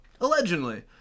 Allegedly